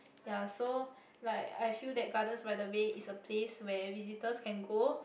ya so like I feel that Gardens-by-the-Bay is a place where visitors can go